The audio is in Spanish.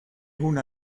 una